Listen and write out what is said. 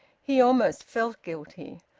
he almost felt guilty,